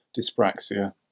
dyspraxia